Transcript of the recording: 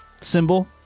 symbol